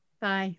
Bye